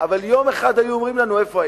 אבל יום אחד היו אומרים לנו, איפה הייתם?